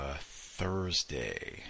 Thursday